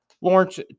Lawrence